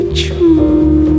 true